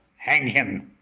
hang him,